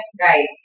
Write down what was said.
Right